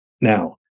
Now